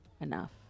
enough